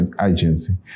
Agency